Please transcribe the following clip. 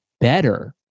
better